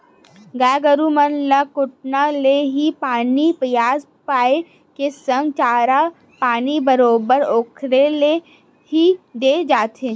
गाय गरु मन ल कोटना ले ही पानी पसिया पायए के संग चारा पानी बरोबर ओखरे ले ही देय जाथे